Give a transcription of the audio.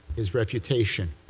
is reputation.